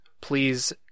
please